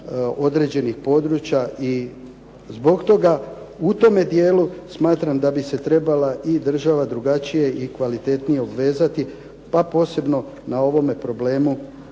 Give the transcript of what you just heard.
određenih područja. I zbog toga u tome dijelu smatram da bi se trebala i država drugačije i kvalitetnije obvezati pa posebno na ovome problemu